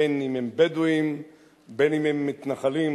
בין אם בדואים ובין אם מתנחלים,